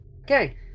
Okay